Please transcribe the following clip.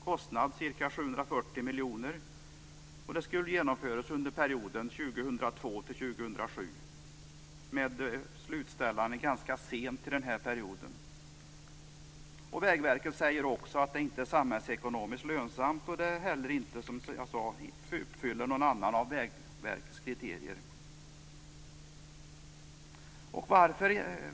Kostnaden är ca 740 miljoner, och projektet skulle genomföras under perioden 2002-2007. Slutförandet skulle ske ganska sent under perioden. Vägverket konstaterar att objektet inte är samhällsekonomiskt lönsamt och att det inte heller uppfyller något annat av Vägverkets kriterier.